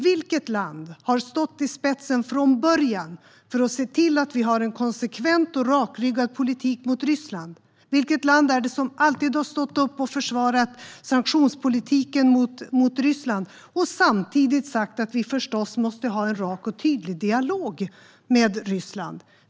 Vilket land har stått i spetsen från början för att se till att vi har en konsekvent och rakryggad politik mot Ryssland? Vilket land är det som alltid har stått upp och försvarat sanktionspolitiken mot Ryssland och samtidigt sagt att vi förstås måste ha en rak och tydlig dialog med Ryssland?